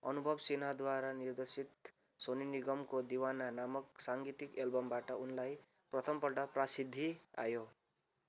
अनुभव सिन्हाद्वारा निर्देशित सोनू निगमको दीवाना नामक साङ्गीतिक एल्बमबाट उनलाई प्रथमपल्ट प्रसिद्धि आयो